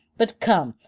but come,